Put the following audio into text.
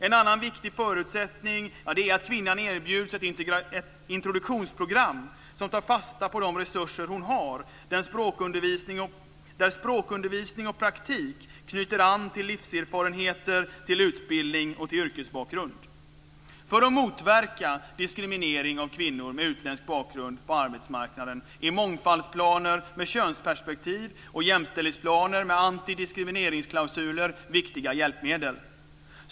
En annan viktig förutsättning är att kvinnan erbjuds ett introduktionsprogram som tar fasta på de resurser hon har där språkundervisning och praktik knyter an till livserfarenheter, utbildning och yrkesbakgrund. För att motverka diskriminering av kvinnor med utländsk bakgrund på arbetsmarknaden är mångfaldsplaner med könsperspektiv och jämställdhetsplaner med antidiskrimineringsklausuler viktiga hjälpmedel.